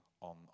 on